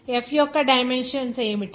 F యొక్క dimensions ఏమిటి